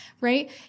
right